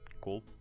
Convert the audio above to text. cool